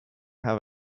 have